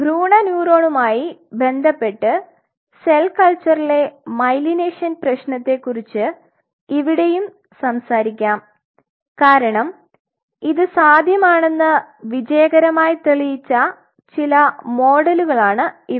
ഭ്രൂണ ന്യൂറോണുമായി ബന്ധപ്പെട്ട് സെൽ കൾച്ചറിലെ മൈലൈനേഷൻ പ്രശ്നത്തെക്കുറിച് ഇവിടെയും സംസാരിക്കാം കാരണം ഇത് സാധ്യമാണെന്ന് വിജയകരമായി തെളിയിച്ച ചില മോഡലുകളാണ് ഇവ